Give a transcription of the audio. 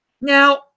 Now